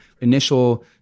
initial